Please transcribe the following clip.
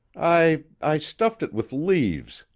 i i stuffed it with leaves,